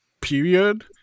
period